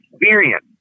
experience